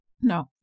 no